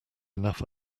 enough